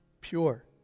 pure